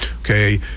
okay